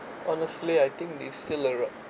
honestly I think they still